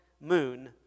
Moon